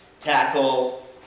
tackle